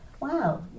wow